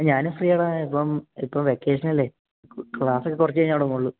ഞാനും ഫ്രീയാടാ ഇപ്പം ഇപ്പം വെക്കേഷനല്ലേ ക്ലാസ്സ് ഒക്കെ കുറച്ച് കഴിഞ്ഞേ തുടങ്ങുള്ളൂ